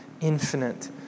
Infinite